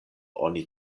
oni